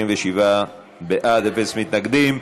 37 בעד, אין מתנגדים.